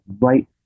right